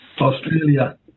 Australia